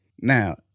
now